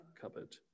cupboard